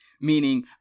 meaning